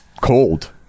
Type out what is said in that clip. cold